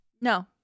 No